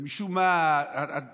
ומשום מה הולכים,